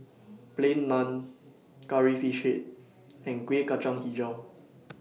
Plain Naan Curry Fish Head and Kueh Kacang Hijau